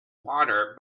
water